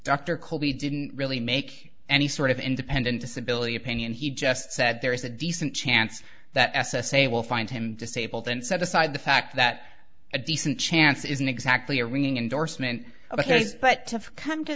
dr kobi didn't really make any sort of independent disability opinion he just said there is a decent chance that s s a will find him disabled and set aside the fact that a decent chance isn't exactly a ringing endorsement ok but to come to